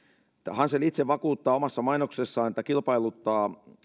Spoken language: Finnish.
hansel itse vakuuttaa omassa mainoksessaan että kilpailuttaa